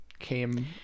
came